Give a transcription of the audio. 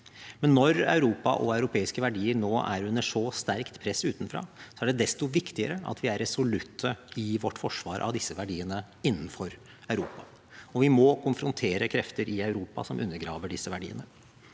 Men når Europa og europeiske verdier nå er under så sterkt press utenfra, er det desto viktigere at vi er resolutte i vårt forsvar av disse verdiene innenfor Europa. Vi må konfrontere krefter i Europa som undergraver disse verdiene.